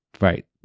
right